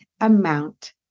amount